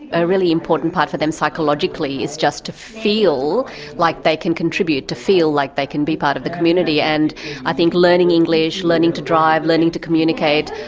a really important part of for them psychologically is just to feel like they can contribute, to feel like they can be part of the community. and i think learning english, learning to drive, learning to communicate,